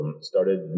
started